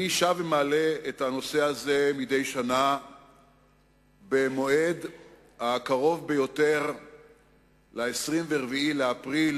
אני שב ומעלה את הנושא הזה מדי שנה במועד הקרוב ביותר ל-24 באפריל,